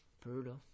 brutal